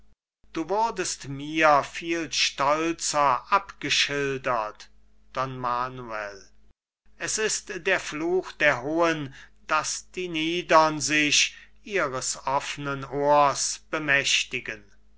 du wurdest mir viel stolzer abgeschildert don manuel es ist der fluch der hohen daß die niedern sich ihres offnen ohrs bemächtigen